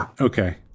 Okay